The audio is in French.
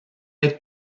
être